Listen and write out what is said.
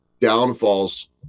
downfalls